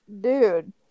dude